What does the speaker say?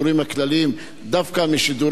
דווקא משידורי רשת מורשת,